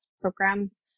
programs